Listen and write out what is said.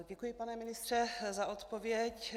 Děkuji, pane ministře, za odpověď.